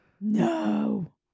No